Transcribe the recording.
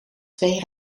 twee